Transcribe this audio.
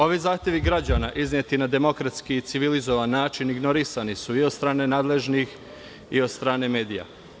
Ovi zahtevi građana izneti na demokratski i civilizovani način ignorisani su i od strane nadležnih, i od strane medija.